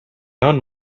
own